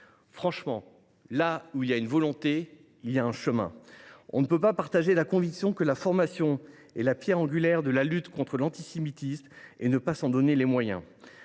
financières. Là où il y a une volonté, il y a un chemin. On ne peut partager la conviction que la formation est la pierre angulaire de la lutte contre l’antisémitisme et ne pas se donner les moyens